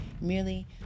merely